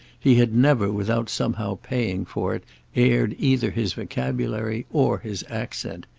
he had never without somehow paying for it aired either his vocabulary or his accent.